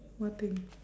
what thing